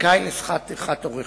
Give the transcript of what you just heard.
זכאי לשכר טרחת עורך-דין.